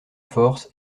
force